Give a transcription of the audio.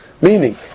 Meaning